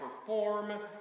perform